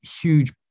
huge